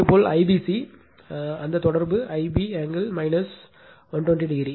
இதேபோல் ஐபிசி அந்த தொடர்பு ஐபி ஆங்கிள் 120o